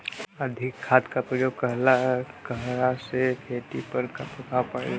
अधिक खाद क प्रयोग कहला से खेती पर का प्रभाव पड़ेला?